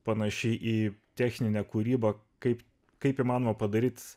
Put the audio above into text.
panaši į techninę kūrybą kaip kaip įmanoma padaryti